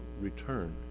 return